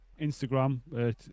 instagram